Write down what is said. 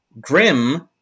grim